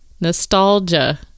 nostalgia